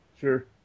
Sure